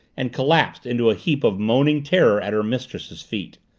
and collapsed into a heap of moaning terror at her mistress's feet.